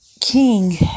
King